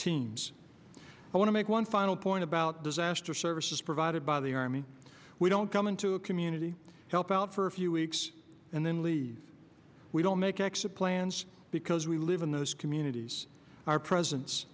teams i want to make one final point about disaster services provided by the army we don't come into a community help out for a few weeks and then leave we don't make exit plans because we live in those communities our presence